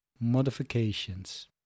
modifications